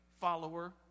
follower